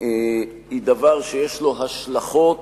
היא דבר שיש לו השלכות